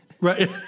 Right